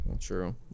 True